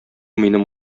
минем